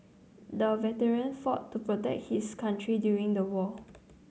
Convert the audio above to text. the veteran fought to protect his country during the war